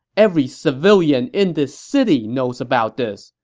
every civilian in this city knows about this.